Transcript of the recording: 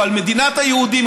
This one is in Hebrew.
או על מדינת היהודים,